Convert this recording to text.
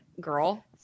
girl